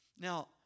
Now